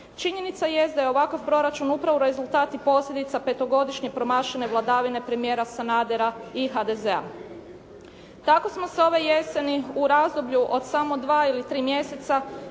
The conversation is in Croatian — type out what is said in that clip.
činjenica jest da je ovakav proračun upravo rezultat i posljedica petogodišnje promašene vladavine premijera Sanadera i HDZ-a. Tako smo se ove jeseni u razdoblju od samo dva ili tri mjeseca